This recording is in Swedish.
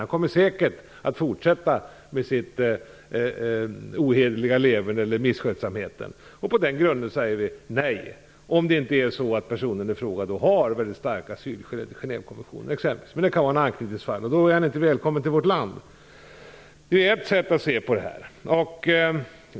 Han kommer säkert att fortsätta med sitt ohederliga leverne eller sin misskötsamhet. På den grunden säger vi nej, om inte personen i fråga har väldigt starka asylskäl enligt Genèvekonventionen. Men det kan vara ett anknytningsfall, och då är han inte välkommen till vårt land. Det är ett sätt att se på det här.